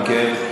אם כן,